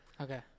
Okay